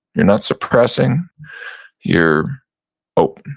you're not suppressing you're open,